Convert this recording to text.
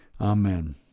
Amen